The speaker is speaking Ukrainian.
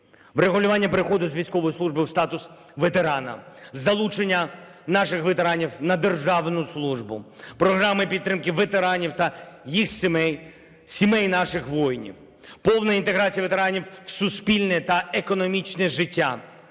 Врегулювання переходить з військової служби в статус ветерана, залучення наших ветеранів на державну службу, програми підтримки ветеранів та їх сімей, сімей наших воїнів. Повна інтеграція ветеранів у суспільне та економічне життя.